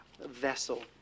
vessel